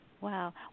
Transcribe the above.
Wow